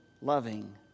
loving